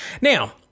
now